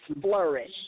flourish